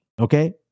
okay